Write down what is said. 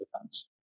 defense